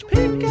Pick